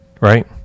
right